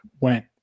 Went